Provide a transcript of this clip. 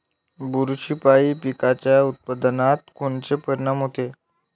बुरशीपायी पिकाच्या उत्पादनात कोनचे परीनाम होते?